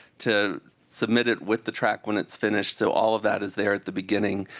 to submit it with the track when it's finished, so all of that is there at the beginning.